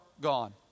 gone